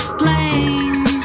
blame